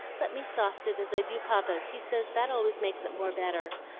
let me soft it as i do papa's he says that always makes it more better.